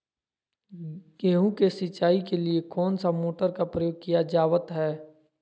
गेहूं के सिंचाई के लिए कौन सा मोटर का प्रयोग किया जावत है?